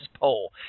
poll